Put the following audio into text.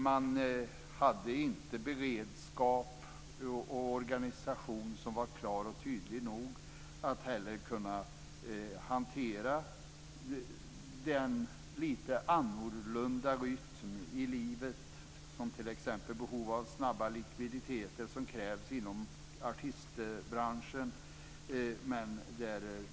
Man hade inte tillräckligt klar och tydlig beredskap och organisation för att hantera den något annorlunda rytmen, t.ex. vid behov av snabb likviditet som krävs inom artistbranschen.